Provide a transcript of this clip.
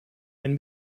wenn